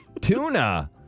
Tuna